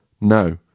no